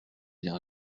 bien